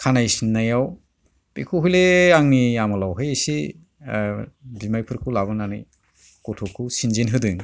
खानाइ सिन्नायाव बेखौ हले आंनि आमोलावहाय एसे ओ बिमायफोरखौ लाबोनानै गथ'खौ सिनजेन होदों